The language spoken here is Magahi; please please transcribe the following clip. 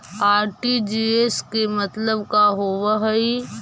आर.टी.जी.एस के मतलब का होव हई?